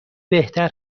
بهتر